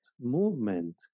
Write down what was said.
movement